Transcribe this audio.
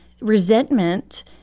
resentment